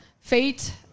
fate